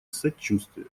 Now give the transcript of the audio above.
сочувствие